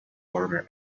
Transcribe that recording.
former